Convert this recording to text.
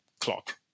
clock